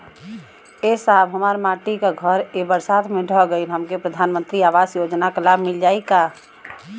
ए साहब हमार माटी क घर ए बरसात मे ढह गईल हमके प्रधानमंत्री आवास योजना क लाभ मिल जाई का?